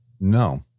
No